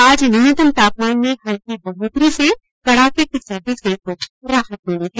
आज न्यूनतम तापमान में हल्की बढ़ोतरी से कड़ाके की सर्दी से कुछ राहत मिली है